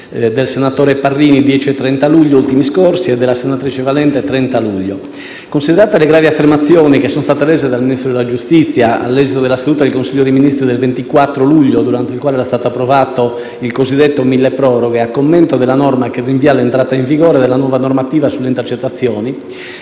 del senatore Parrini del 10 e 30 luglio scorso e della senatrice Valente del 30 luglio scorso. Considerate le gravi affermazioni che sono state rese dal Ministro della giustizia all'esito della seduta del Consiglio dei ministri del 24 luglio, durante la quale era stato approvato il cosiddetto decreto mille proroghe, a commento della norma che rinvia l'entrata in vigore della nuova normativa sulle intercettazioni,